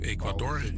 Ecuador